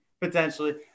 potentially